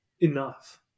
enough